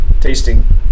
tasting